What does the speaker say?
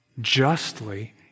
justly